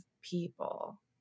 people